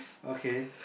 okay